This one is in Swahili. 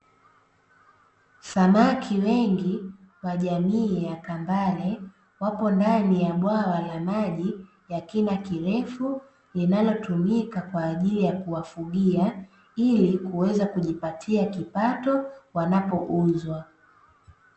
Samaki wengi wa jamii ya kambare wapo ndani ya bwawa la maji ya kina kirefu linalotumika kwaajili ya kuwafugia ili kuweza kujipatia kipato wanapouzwa.